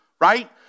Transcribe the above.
right